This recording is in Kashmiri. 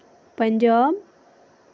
پنٛجاب